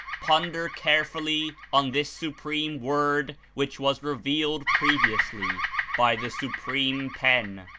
ponder carefully on this supreme word which was revealed previous ly by the supreme pen,